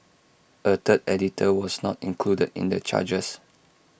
A third editor was not included in the charges